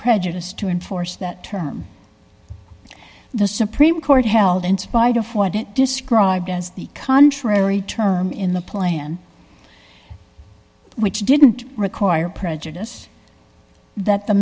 prejudice to enforce that term the supreme court held in spite of what it described as the contrary term in the plan which didn't require prejudice that the